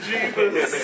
Jesus